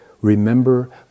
Remember